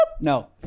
No